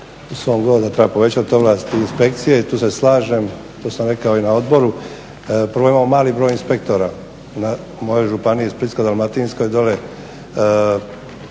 u svom govoru da treba povećati ovlasti inspekcije i tu se slažem, to sam rekao i na odboru, prvo imamo mali broj inspektora na mojoj županiji Splitsko-dalmatinskoj,